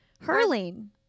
Hurling